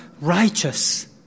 righteous